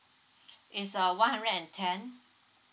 is uh one hundred and ten